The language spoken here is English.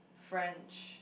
french